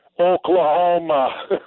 Oklahoma